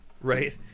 right